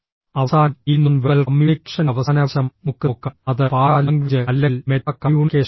അവസാനം ഈ non verbal കമ്മ്യൂണിക്കേഷന്റെ അവസാന വശം നമുക്ക് നോക്കാം അത് പാരാ ലാംഗ്വേജ് അല്ലെങ്കിൽ മെറ്റാ കമ്മ്യൂണിക്കേഷൻ ആണ്